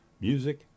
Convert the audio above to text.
music